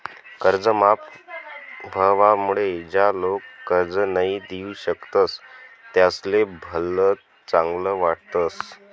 कर्ज माफ व्हवामुळे ज्या लोक कर्ज नई दिऊ शकतस त्यासले भलत चांगल वाटस